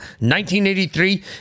1983